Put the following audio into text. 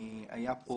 היה פה,